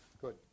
Good